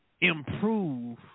improve